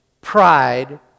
pride